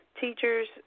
teachers